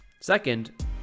second